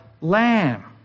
lamb